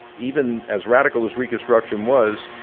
even as radical as reconstruction was,